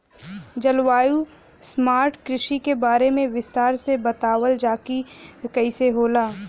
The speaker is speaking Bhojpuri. जलवायु स्मार्ट कृषि के बारे में विस्तार से बतावल जाकि कइसे होला?